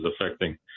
affecting